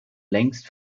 längst